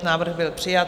Návrh byl přijat.